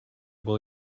will